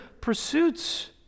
pursuits